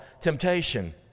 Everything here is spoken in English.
temptation